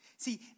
See